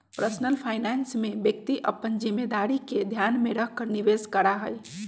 personal finance में व्यक्ति अपन जिम्मेदारी के ध्यान में रखकर निवेश करा हई